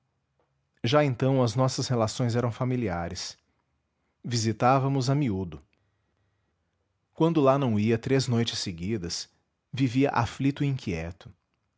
já então as nossas relações eram familiares visitava os a miúdo quando lá não ia três noites seguidas vivia aflito e inquieto